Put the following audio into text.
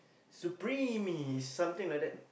supreme is something like that